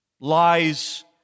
Lies